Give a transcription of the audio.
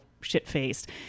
shit-faced